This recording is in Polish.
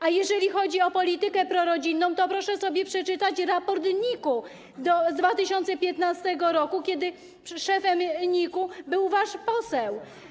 A jeżeli chodzi o politykę prorodzinną, to proszę sobie przeczytać raport NIK-u z 2015 r., kiedy szefem NIK-u był wasz poseł.